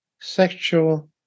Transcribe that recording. sexual